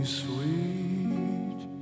sweet